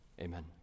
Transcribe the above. Amen